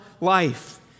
life